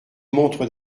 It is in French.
montre